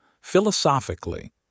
Philosophically